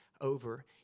over